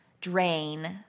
drain